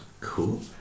Cool